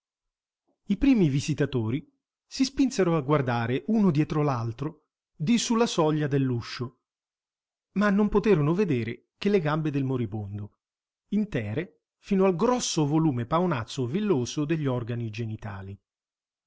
i primi visitatori si spinsero a guardare uno dietro l'altro di su la soglia dell'uscio ma non poterono vedere che le gambe del moribondo intere fino al grosso volume paonazzo e villoso degli organi genitali